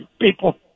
people